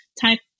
type